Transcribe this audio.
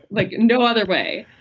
like no other way.